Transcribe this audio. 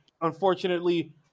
Unfortunately